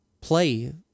play